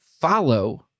follow